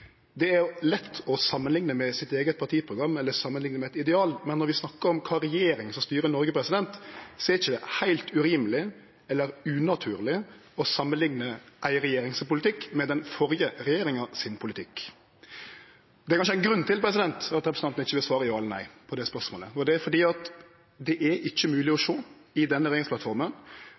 det er lett å samanlikne med sitt eige partiprogram eller samanlikne med eit ideal, men når vi snakkar om kva regjering som styrer Noreg, er det ikkje heilt urimeleg eller unaturleg å samanlikne ei regjering sin politikk med den førre regjeringa sin politikk. Det er kanskje ein grunn til at representanten ikkje vil svare ja eller nei på det spørsmålet, og det er fordi det er ikkje mogleg å sjå i denne